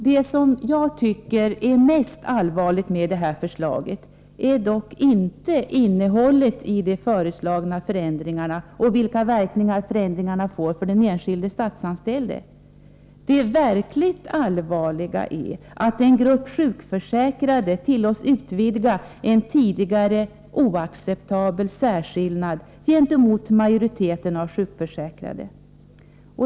Det som jag tycker är allvarligast med det här förslaget är dock inte innehållet i de föreslagna förändringarna och vilka verkningar förändringarna får för den enskilde statsanställde. Det verkligt allvarliga är att en grupp sjukförsäkrade tillåts utvidga en tidigare oacceptabel särskillnad gentemot majoriteten av sjukförsäkrade.